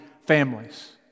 families